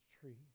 tree